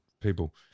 people